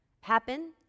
happen